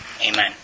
Amen